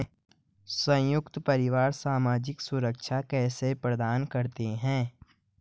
संयुक्त परिवार सामाजिक सुरक्षा कैसे प्रदान करते हैं?